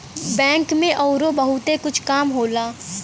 bank में अउरो बहुते कुछ काम होला